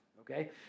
Okay